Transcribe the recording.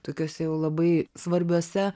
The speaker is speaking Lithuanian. tokiuose jau labai svarbiuose